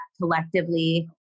collectively